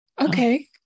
Okay